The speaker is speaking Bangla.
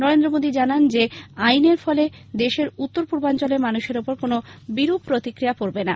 নরেন্দ্র মোদী জানান এই আইনের ফলে দেশের উত্তর পূর্বাঞ্চলের মানুষের ওপর কোনো বিরূপ প্রভাব পড়বে না